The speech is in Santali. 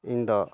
ᱤᱧ ᱫᱚ